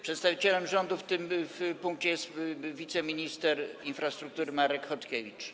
Przedstawicielem rządu w tym punkcie jest wiceminister infrastruktury Marek Chodkiewicz.